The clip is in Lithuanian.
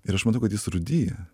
ir aš matau kad jis rūdija